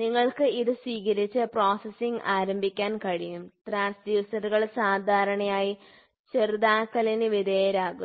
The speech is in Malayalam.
നിങ്ങൾക്ക് ഇത് സ്വീകരിച്ച് പ്രോസസ്സിംഗ് ആരംഭിക്കാൻ കഴിയും ട്രാൻസ്ഡ്യൂസറുകൾ സാധാരണയായി ചെറുതാക്കലിന് വിധേയരാകുന്നു